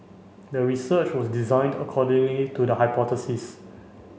the research was designed accordingly to the hypothesis